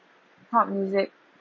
pop music